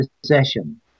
possession